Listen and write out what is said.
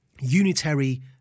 unitary